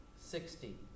sixty